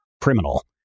criminal